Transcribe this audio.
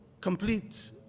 complete